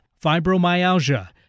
fibromyalgia